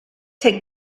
take